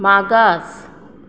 मागास